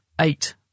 eight